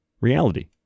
reality